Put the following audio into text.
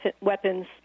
weapons